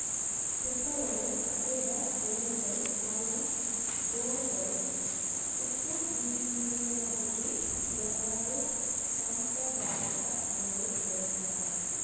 ತೆಪ್ಪಗಳು ಹಗೆದ ದೋಣಿಗಳು ಹಾಯಿ ದೋಣಿಗಳು ಉಟ್ಟುಬಿದಿರಿನಬುಟ್ಟಿ ಹಲವಾರು ಸಾಂಪ್ರದಾಯಿಕ ದೋಣಿ ಬಳಸ್ತಾರ